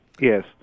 Yes